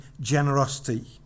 generosity